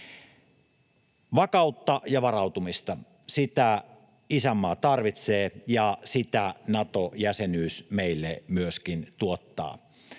Vakautta ja varautumista, sitä isänmaa tarvitsee, ja sitä Nato-jäsenyys meille myöskin tuottaa.